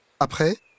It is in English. Après